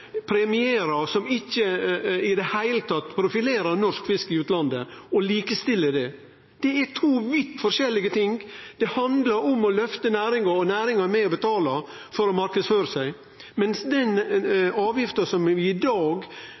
premierer eller i det heile ikkje profilerer norsk fisk i utlandet, og likestiller dei. Det er to vidt forskjellige ting. Det handlar om å løfte næringa. Næringa er med og betaler for å marknadsføre seg, mens den avgifta som sannsynlegvis, dessverre, blir vedtatt i dag,